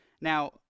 Now